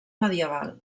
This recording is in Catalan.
medieval